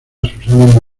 susana